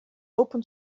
open